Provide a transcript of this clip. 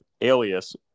alias